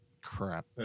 crap